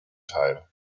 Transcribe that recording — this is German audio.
teil